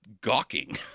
gawking